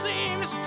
Seems